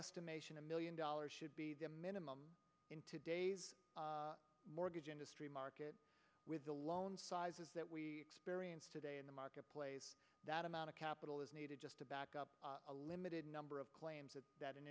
estimation a million dollars should be the minimum in today's mortgage industry market with the loan sizes that we experience today in the marketplace that amount of capital is needed just to back up a limited number of claims that that an